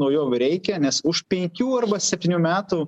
naujovių reikia nes už penkių arba septynių metų